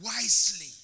wisely